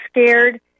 scared